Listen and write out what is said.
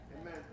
Amen